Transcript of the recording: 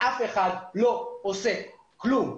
אף אחד לא עושה כלום.